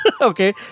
Okay